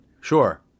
sure